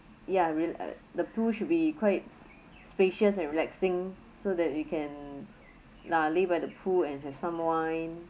ya real~ uh the pool should be quite spacious and relaxing so that we can lah lie by the pool and have some wine